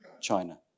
China